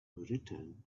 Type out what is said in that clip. returned